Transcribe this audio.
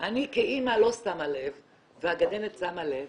אני כאימא לא שמה לב והגננת שמה לב,